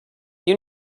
you